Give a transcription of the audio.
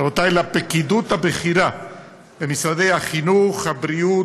רבותי, לפקידות הבכירה במשרדי החינוך, הבריאות,